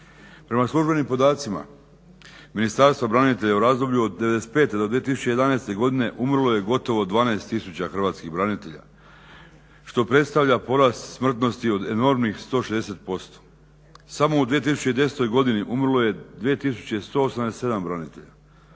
Prema službenim podacima Ministarstva branitelja u razdoblju od '95. do 2011. godine umrlo je gotovo 12 tisuća hrvatskih branitelja što predstavlja porast smrtnosti od enormnih 160%. Samo u 2010. godini umrlo je 2187 branitelja,